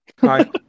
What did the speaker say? hi